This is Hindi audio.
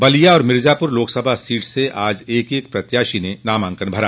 बलिया और मिर्जापुर लोकसभा सीट से आज एक एक प्रत्याशी ने नामांकन भरा